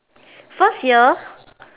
first year